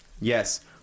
Yes